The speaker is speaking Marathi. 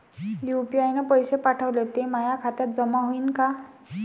यू.पी.आय न पैसे पाठवले, ते माया खात्यात जमा होईन का?